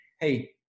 Hey